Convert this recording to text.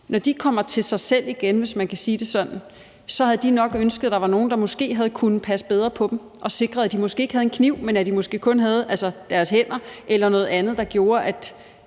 er kommet til sig selv igen, hvis man kan sige det sådan, så havde de nok ønsket, at der havde været nogen, der kunne have passet bedre på dem og sikret, at de måske ikke havde haft en kniv, men at de kun havde haft deres hænder eller noget andet, der havde